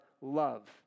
love